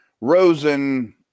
Rosen